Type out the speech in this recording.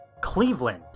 CLEVELAND